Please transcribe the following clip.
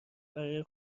برای